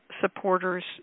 supporters